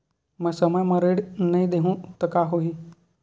मैं समय म ऋण नहीं देहु त का होही